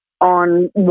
on